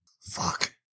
Fuck